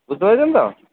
বুঝতে পেরেছেন তো